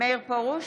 מאיר פרוש,